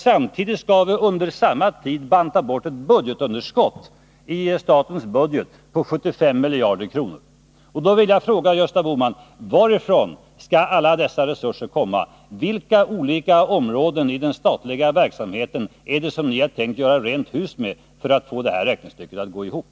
Samtidigt skall vi, under samma tid, banta bort ett budgetunderskott på 75 miljarder kronor. Då vill jag fråga Gösta Bohman: Varifrån skall alla dessa resurser komma? Vilka olika områden i den statliga verksamheten har ni tänkt göra rent hus med för att få detta räknestycke att gå ihop?